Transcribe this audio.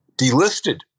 delisted